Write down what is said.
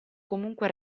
comunque